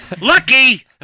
Lucky